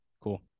Cool